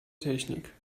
technik